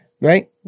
right